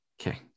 Okay